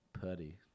putty